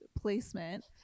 placement